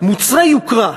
מוצרי יוקרה,